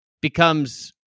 becomes